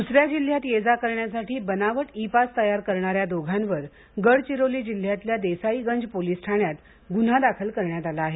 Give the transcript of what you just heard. दुसऱ्या जिल्ह्यात ये जा करण्यासाठी बनावट ई पास तयार करणाऱ्या दोघांवर गडचिरोली जिल्ह्यातल्या देसाईगंज पोलिस ठाण्यात गुन्हा दाखल करण्यात आला आहे